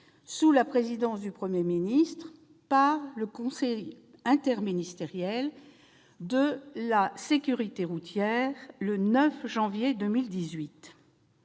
sous la présidence du Premier ministre, par le Conseil interministériel de la sécurité routière le 9 janvier 2018.